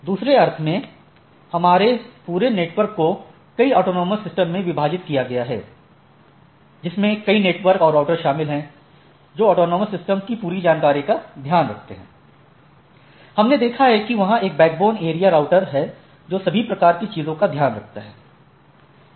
दूसरे अर्थ में हमारे पूरे नेटवर्क को कई ऑटॉनमस सिस्टम में विभाजित किया गया है जिसमें कई नेटवर्क और राउटर शामिल हैं जो ऑटॉनमस सिस्टम की पूरी जानकारी का ध्यान रखते हैं हमने देखा है कि वहाँ एक बैकबोन एरिया राउटर है जो सभी प्रकार की चीजों का ध्यान रखता है